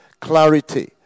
Clarity